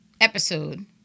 episode